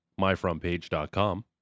myfrontpage.com